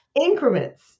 increments